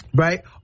right